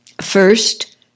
First